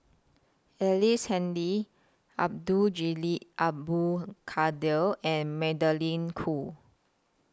Ellice Handy Abdul Jalil Abdul Kadir and Magdalene Khoo